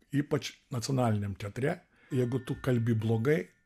ypač nacionaliniam teatre jeigu tu kalbi blogai